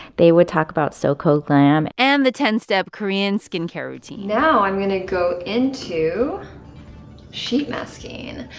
they would talk about soko glam and the ten step korean skincare routine now i'm going to go into sheet masking.